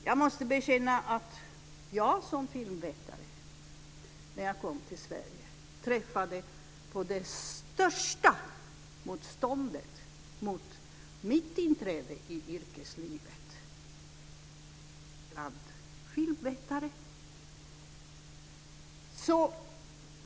Jag måste bekänna att jag som filmvetare när jag kom till Sverige stötte på det största motståndet mot mitt inträde i yrkeslivet bland filmvetare.